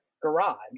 garage